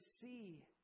see